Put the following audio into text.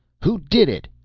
who did it?